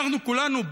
אנחנו כולנו,